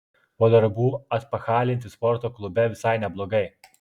po darbų atpachalinti sporto klube visai neblogai